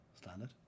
standard